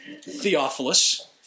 Theophilus